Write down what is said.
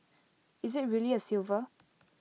is IT really A silver